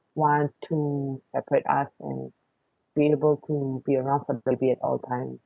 want to separate us and be able to be around for the baby at all times